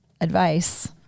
advice